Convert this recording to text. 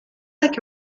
like